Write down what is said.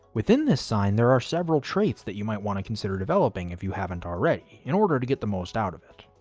within this sign, there are several traits that you may want to consider developing if you haven't already in order to get the most out of it.